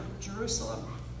Jerusalem